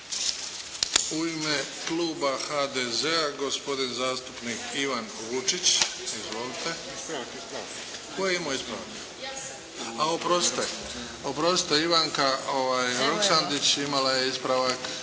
U ime kluba HDZ-a, gospodin zastupnik Ivan Vučić. Izvolite. … /Upadica se ne čuje./ … Tko je imao ispravak? Oprostite. Ivanka Roksandić imala je ispravak.